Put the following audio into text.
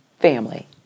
family